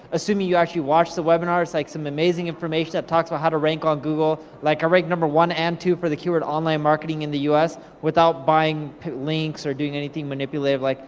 assuming you actually watched the webinar, it's like some amazing information that talks about how to rank on google. i like rank number one and two for the cure to online marketing in the us, without buying links, or doing anything manipulative. like